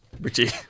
Richie